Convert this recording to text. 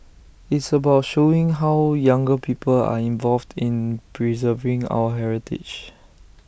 it's about showing how younger people are involved in preserving our heritage